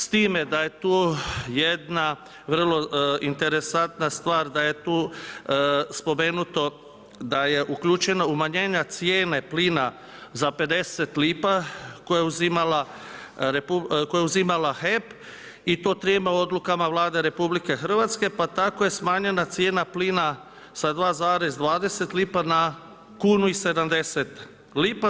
S time da je tu jedna vrlo interesantna stvar da je tu spomenuto da je uključeno umanjenje cijene plina za 50 lipa koje je uzimao HEP i to trima odlukama Vlade RH, pa tako je smanjena cijena plina sa 2,20 lipa na 1,70 kuna.